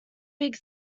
big